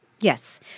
Yes